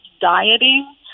dieting